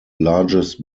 largest